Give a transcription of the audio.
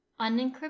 Unencrypted